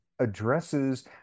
addresses